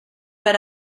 per